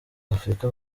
afurika